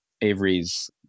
Avery's